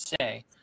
say